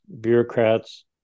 bureaucrats